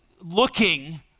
Looking